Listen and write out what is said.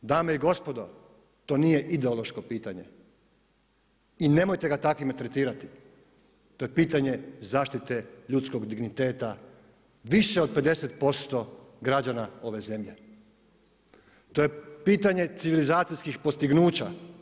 Dame i gospodo, to nije ideološko pitanje i nemojte ga takvim tretirati, to je pitanje zaštite ljudskog digniteta više od 50% građana ove zemlje, to je pitanje civilizacijskih postignuća.